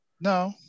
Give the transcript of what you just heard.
No